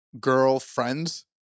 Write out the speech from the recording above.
girlfriends